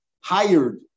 hired